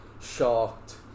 shocked